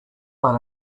but